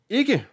ikke